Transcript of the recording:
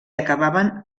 acabaven